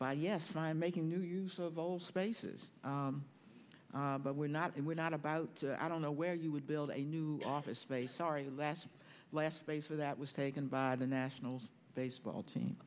by yes i'm making new use of old spaces but we're not and we're not about i don't know where you would build a new office space sorry last last space or that was taken by the nationals baseball team